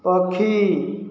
ପକ୍ଷୀ